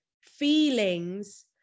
feelings